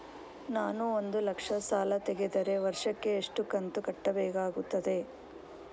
ನಾನು ಒಂದು ಲಕ್ಷ ಸಾಲ ತೆಗೆದರೆ ವರ್ಷಕ್ಕೆ ಎಷ್ಟು ಕಂತು ಕಟ್ಟಬೇಕಾಗುತ್ತದೆ?